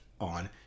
on